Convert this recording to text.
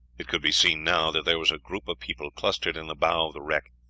it could be seen now that there was a group of people clustered in the bow of the wreck.